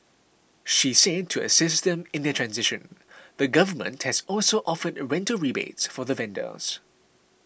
she said that to assist them in their transition the government has also offered rental rebates for the vendors